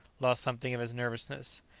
lost something of his nervousness.